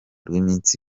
rw’iminsi